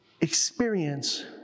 experience